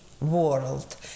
world